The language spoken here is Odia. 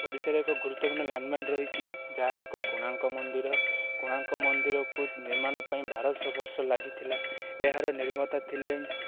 ଓଡ଼ିଶାରେ ଏକ ଗୁରୁତ୍ୱପୂର୍ଣ୍ଣ ଲ୍ୟାଣ୍ଡମାର୍କ ରହିଛି ଯାହା ଏକ କୋଣାର୍କ ମନ୍ଦିର କୋଣାର୍କ ମନ୍ଦିରକୁ ନିର୍ମାଣ ପାଇଁ ବାରବର୍ଷ ଲାଗିଥିଲା ଏହାର ନିର୍ମାତା ଥିଲେ